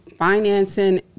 financing